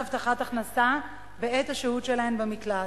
הבטחת הכנסה בעת השהות שלהן במקלט.